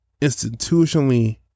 institutionally